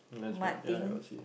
mud thing